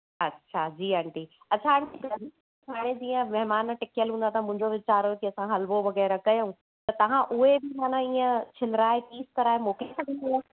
अच्छा जी आंटी अच्छा आंटी हाणे जीअं महिमान टिकियल हूंदा त मुंहिंजो वीचार हुयो की असां हलवो वग़ैरह कयूं त तव्हां उहे बि माना छिलाराए पीस कराए मोकिले सघंदव